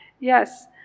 Yes